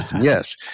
yes